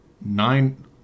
nine